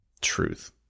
truth